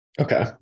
okay